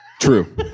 True